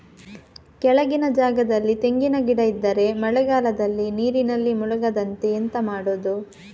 ಕೆಳಗಿನ ಜಾಗದಲ್ಲಿ ತೆಂಗಿನ ಗಿಡ ಇದ್ದರೆ ಮಳೆಗಾಲದಲ್ಲಿ ನೀರಿನಲ್ಲಿ ಮುಳುಗದಂತೆ ಎಂತ ಮಾಡೋದು?